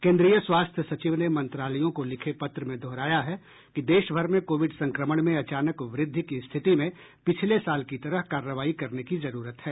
केंद्रीय स्वास्थ्य सचिव ने मंत्रालयों को लिखे पत्र में दोहराया है कि देश भर में कोविड संक्रमण में अचानक वृद्धि की स्थिति में पिछले साल की तरह कार्रवाई करने की जरूरत है